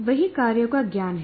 वही कार्यों का ज्ञान है